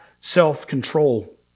self-control